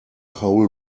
whole